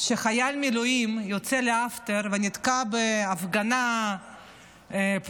חייל מילואים יוצא לאפטר ונתקע בהפגנה פרו-פלסטינית